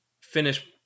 finish